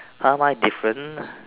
!huh! why different